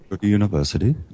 University